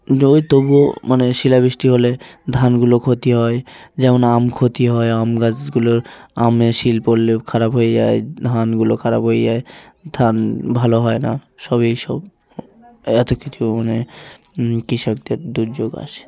ঐ তবুও মানে শিলাবৃষ্টি হলে ধানগুলো ক্ষতি হয় যেমন আম ক্ষতি হয় আম গাছগুলোর আমে শিল পড়লেও খারাপ হয়ে যায় ধানগুলো খারাপ হয়ে যায় ধান ভালো হয় না সব এই সব এএত কিছু মানে কৃষকদের দুর্যোগ আসে